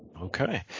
Okay